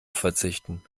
verzichten